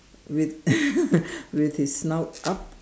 with with his snout up